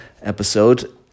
episode